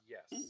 Yes